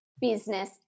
business